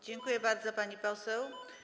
Dziękuję bardzo, pani poseł.